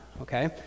okay